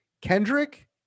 Kendrick